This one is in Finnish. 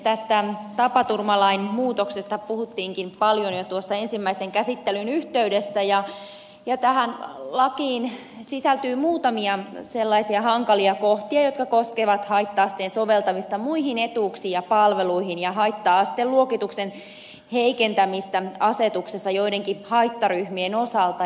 tästä tapaturmalain muutoksesta puhuttiinkin paljon jo tuossa ensimmäisen käsittelyn yhteydessä ja tähän lakiin sisältyy muutamia sellaisia hankalia kohtia jotka koskevat haitta asteen soveltamista muihin etuuksiin ja palveluihin ja haitta asteluokituksen heikentämistä asetuksessa joidenkin haittaryhmien osalta